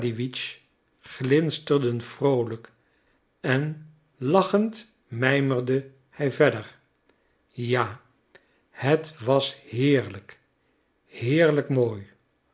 glinsterden vroolijk en lachend mijmerde hij verder ja het was heerlijk heerlijk mooi